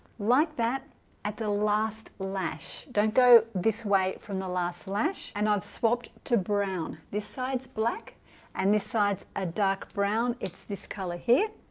like that at the last lash don't go this way from the last lash and i've swapped to brown this sides black and this sides a dark brown it's this color here